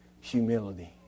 humility